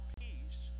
peace